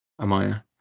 Amaya